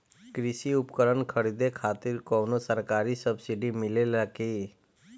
कृषी उपकरण खरीदे खातिर कउनो सरकारी सब्सीडी मिलेला की?